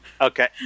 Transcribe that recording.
Okay